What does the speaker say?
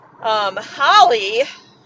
holly